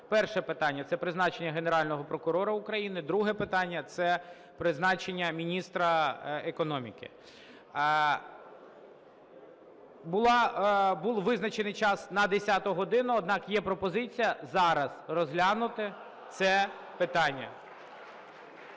перше питання – це призначення Генерального прокурора України, друге питання – це призначення міністра економіки. Був визначений час на 10-у годину, однак є пропозиція зараз розглянути це питання.